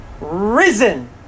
Risen